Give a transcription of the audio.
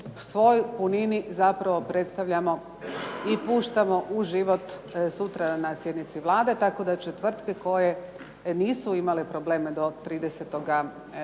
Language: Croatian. svoj punini zapravo predstavljamo i puštamo u život sutra na sjednici Vlade tako da će tvrtke koje nisu imale probleme do 30. srpnja